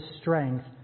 strength